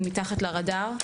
מ- ׳מתחת לרדאר׳,